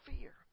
fear